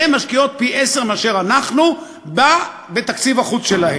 הן משקיעות פי-עשרה מאשר אנחנו בתקציב החוץ שלהן.